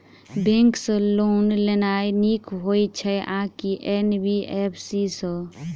Bank सँ loan लेनाय नीक होइ छै आ की एन.बी.एफ.सी सँ?